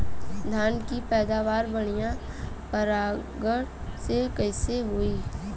धान की पैदावार बढ़िया परागण से कईसे होई?